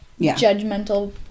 judgmental